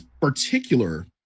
particular